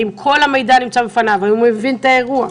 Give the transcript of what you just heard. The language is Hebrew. האם כל המידע נמצא בפניו, האם הוא הבין את האירוע.